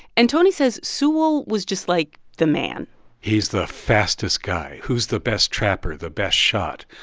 and tony says sewell was just, like, the man he's the fastest guy. who's the best trapper, the best shot?